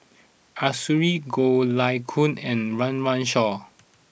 Arasu Goh Lay Kuan and Run Run Shaw